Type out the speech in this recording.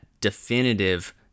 definitive